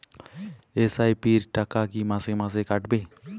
SIP র টাকা কী মাসে মাসে কাটবে?